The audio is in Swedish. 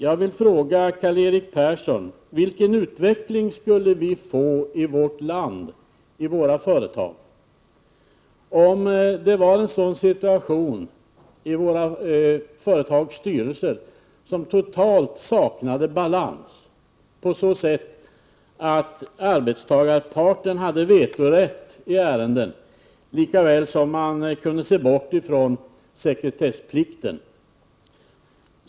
Jag vill fråga Karl-Erik Persson: Vilken utveckling skulle vi få i vårt land och i våra företag, om det rådde en sådan situation i våra företags styrelser att de totalt saknade balans, på så sätt att arbetstagarparten hade vetorätt i ärenden lika väl som man kunde bortse från sekretessplikten?